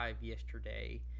yesterday